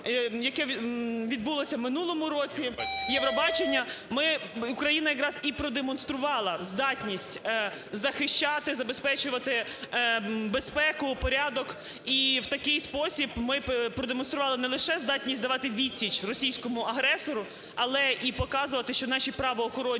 яке відбулося в минулому році, "Євробачення", Україна якраз і продемонструвала здатність захищати, забезпечувати безпеку, порядок, і в такий спосіб ми б продемонстрували не лише здатність давати відсіч російському агресору, але і показувати, що наші правоохоронні